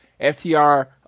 FTR